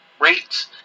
rates